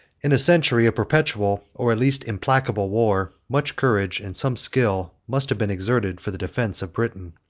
in a century of perpetual, or at least implacable, war, much courage, and some skill, must have been exerted for the defence of britain.